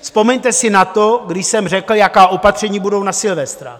Vzpomeňte si na to, kdy jsem řekl, jaká opatření budou na Silvestra.